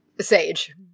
Sage